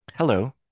Hello